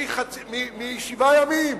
משבעה ימים,